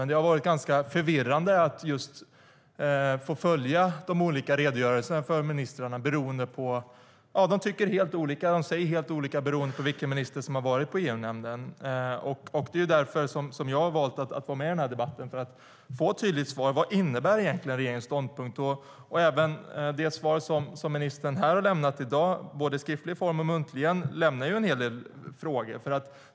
Men det har varit ganska förvirrande att följa de olika redogörelserna beroende på vilken minister som har varit i EU-nämnden eftersom de tycker helt olika och säger helt olika saker. Därför har jag valt att vara med i den här debatten. Jag vill få ett tydligt svar på vad regeringens ståndpunkt egentligen innebär. De svar som ministern har lämnat här i dag, både skriftligen och muntligen, ger även de upphov till en hel del frågor.